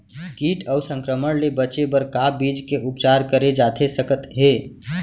किट अऊ संक्रमण ले बचे बर का बीज के उपचार करे जाथे सकत हे?